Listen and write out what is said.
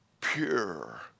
Pure